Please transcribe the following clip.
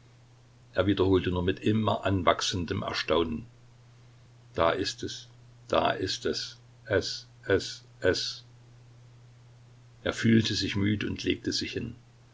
er wiederholte nur mit immer anwachsendem erstaunen da ist es da ist es es es es er fühlte sich müde und legte sich hin